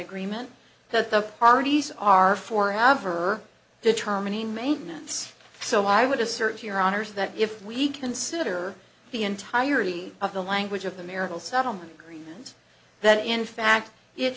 agreement that the parties are for have or determining maintenance so i would assert your honour's that if we consider the entirety of the language of the marital settlement agreement that in fact it